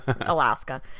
Alaska